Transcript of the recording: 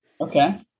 Okay